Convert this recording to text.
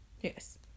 Yes